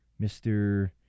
Mr